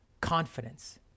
confidence